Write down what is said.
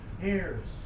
hairs